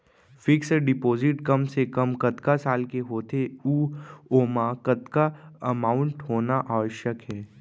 Fix deposit कम से कम कतका साल के होथे ऊ ओमा कतका अमाउंट होना आवश्यक हे?